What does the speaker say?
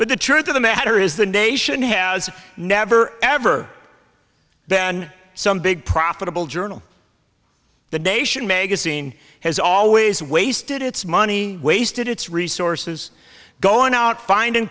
but the truth of the matter is the nation has never ever than some big profitable journal the nation magazine has always wasted its money wasted its resources going out finding